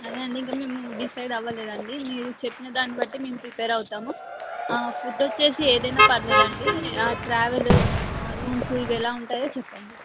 అదే అండి మేము ఇంకా డిసైడ్ అవ్వలేదు అండి మీరు చెప్పిన దాన్ని బట్టి మేము ప్రిపేర్ అవుతాము ఆ ఫుడ్ వచ్చేసి ఏది అయినా పర్వాలేదు అండి ఆ ట్రావెల్ ఆ రూమ్స్ ఇవి ఎలా ఉంటాయో చెప్పండి